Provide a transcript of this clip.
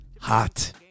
Hot